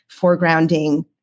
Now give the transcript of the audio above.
foregrounding